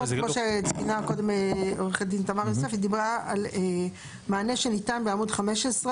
שמו שציינה קודם עו"ד תמר יוסף היא דיברה על מענה שניתן בעמוד 15,